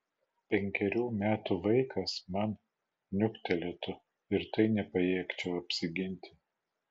penkerių metų vaikas man niuktelėtų ir tai nepajėgčiau apsiginti